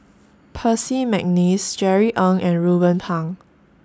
Percy Mcneice Jerry Ng and Ruben Pang